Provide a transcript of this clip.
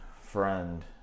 friend